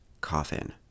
coffin